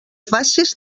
faces